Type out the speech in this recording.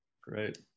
Great